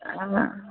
ஆ